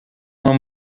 uma